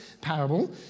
parable